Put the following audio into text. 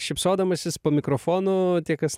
šypsodamasis po mikrofonu tie kas